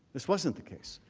this was not the case.